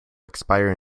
expire